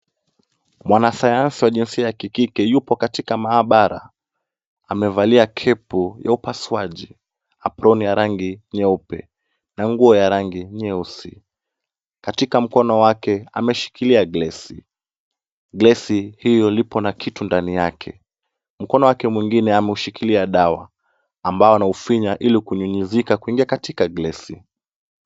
Mwanasayansi wa jinsia ya kikike yupo katika maabara. Amevalia cap ya upasuaji, aproni ya rangi nyeupe na nguo ya rangi nyeusi. Katika mkono wake ameshikilia gilasi. Gilasi hiyo ipo na kitu ndani yake. Mkono wake mwingine ameushikilia dawa ambao anaufinya ili kunyunyizika kwenye katika gilasi.